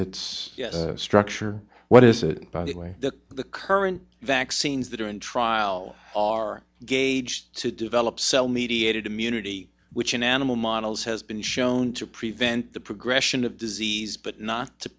it's its structure what is it by the way that the current vaccines that are in trial are gauge to develop cell mediated immunity which in animal models has been shown to prevent the progression of disease but not to